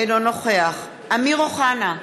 אינו נוכח אמיר אוחנה,